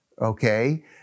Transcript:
okay